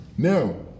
Now